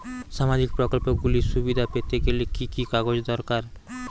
সামাজীক প্রকল্পগুলি সুবিধা পেতে গেলে কি কি কাগজ দরকার?